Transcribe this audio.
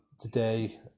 Today